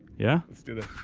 yeah? let's do this.